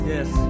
Yes